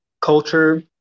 culture